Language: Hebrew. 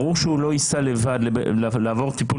ברור שהוא לא ייסע לבד לעבור טיפול